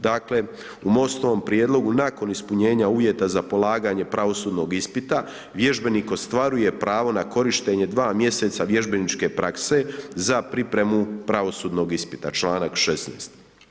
Dakle u MOST-ovom prijedlogu nakon ispunjenja uvjeta za polaganje pravosudnog ispita vježbenik ostvaruje pravo na korištenje 2 mj. vježbeničke prakse za pripremu pravosudnog ispita, članak 16.